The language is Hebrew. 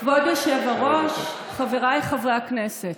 כבוד היושב-ראש, חבריי חברי הכנסת,